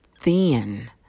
thin